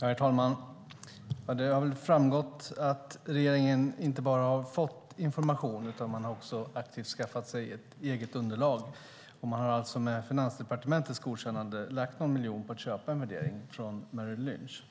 Herr talman! Det har nog framgått att regeringen inte bara har fått information utan att man också aktivt har skaffat sig ett eget underlag. Man har alltså med Finansdepartementets godkännande lagt någon miljon på att köpa en värdering från Merrill Lynch.